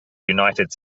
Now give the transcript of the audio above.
united